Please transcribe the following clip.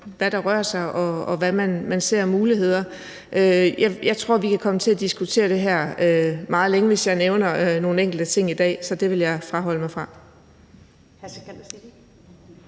hvad der rører sig, og hvad man ser af muligheder. Jeg tror, at vi kan komme til at diskutere det her meget længe, hvis jeg nævner nogle enkelte ting i dag, så det vil jeg afholde mig fra.